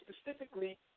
specifically